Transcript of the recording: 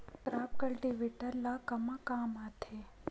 Crop cultivator ला कमा काम आथे?